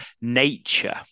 nature